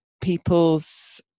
people's